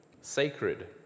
sacred